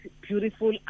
beautiful